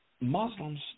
Muslims